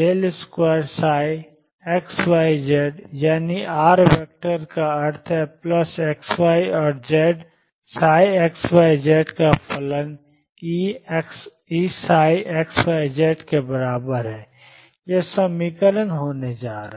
22m2ψxyz यानी कि r vector का अर्थ है प्लस xy और z ψxyz का फलन E ψx y z के बराबर है यह समीकरण होने जा रहा है